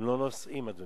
הם לא נוסעים, אדוני.